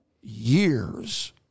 years